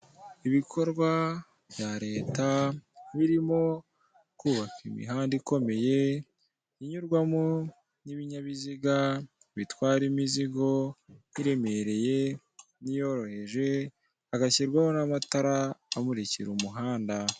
Ibikorwa bya leta birimo kubaka imihanda ikomeye inyurwamo n'ibinyabiziga bitwara imizigo iremereye n'iyoroheje hagashyirwaho n'amatara amurikira umuhanda.